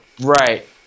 Right